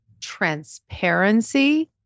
transparency